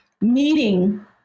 meeting